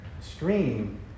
stream